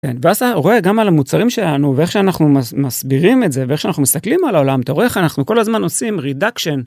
רואה גם על המוצרים שלנו ואיך שאנחנו מסבירים את זה ואיך שאנחנו מסתכלים על העולם אתה רואה איך אנחנו כל הזמן עושים רידאקשן.